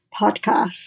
podcast